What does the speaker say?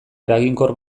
eraginkor